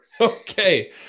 Okay